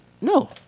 No